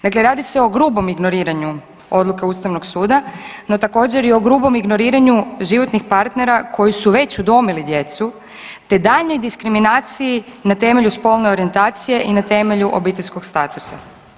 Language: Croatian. Dakle, radi se o grubom ignoriranju odluke Ustavnog suda, no također i o grubom ignoriranju životnih partnera koji su već udomili djecu, te daljnjoj diskriminaciji na temelju spolne orijentacije i na temelju obiteljskog statusa.